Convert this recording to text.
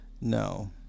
No